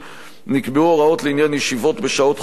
נקבעו הוראות לעניין ישיבות בשעות חופפות.